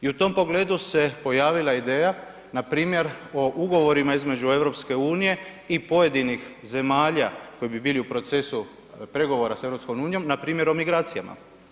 I u tom pogledu se pojavila ideja npr. o ugovorima između EU i pojedinih zemalja koji bi bili u procesu pregovora sa EU, npr. o migracijama.